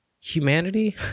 humanity